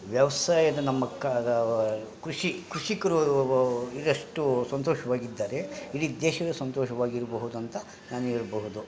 ವ್ಯವ್ಸಾಯದ ನಮ್ಮ ಕ್ರುಷಿ ಕ್ರುಷಿಕರೂ ಈಗಷ್ಟು ಸಂತೋಷ್ವಾಗಿದ್ದಾರೆ ಇಡಿ ದೇಶವೇ ಸಂತೋಷವಾಗಿರ್ಬಹುದಂತ ನಾನು ಹೇಳ್ಬಹುದು